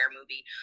movie